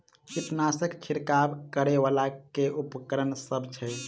कीटनासक छिरकाब करै वला केँ उपकरण सब छै?